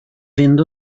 fynd